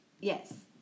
Yes